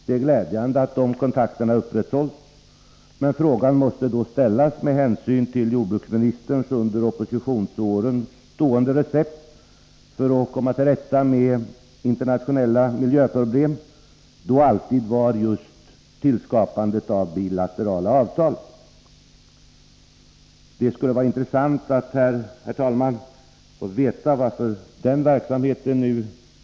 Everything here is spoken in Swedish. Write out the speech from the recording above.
Det är glädjande att de kontakterna upprätthålls, men frågan måste då ställas, med hänsyn till att jordbruksministerns under oppositionsåren stående recept för att komma till rätta med internationella miljöproblem alltid var just tillskapandet av biaterala avtal: Varför prioriteras inte nu den verksamheten?